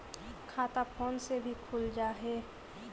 खाता फोन से भी खुल जाहै?